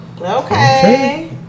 Okay